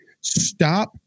Stop